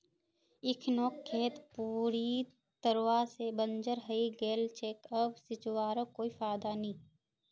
इखनोक खेत पूरी तरवा से बंजर हइ गेल छेक अब सींचवारो कोई फायदा नी